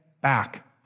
back